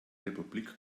republik